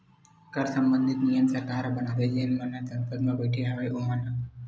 कर संबंधित नियम सरकार ह बनाथे जेन मन ह संसद म बइठे हवय ओमन ह